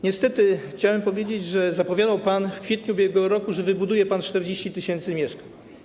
Niestety chciałem powiedzieć, że zapowiadał pan w kwietniu ub.r., że wybuduje pan 40 tys. mieszkań.